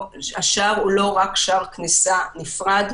השער הוא לא רק שער כניסה נפרד,